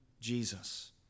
Jesus